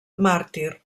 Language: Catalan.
màrtir